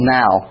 now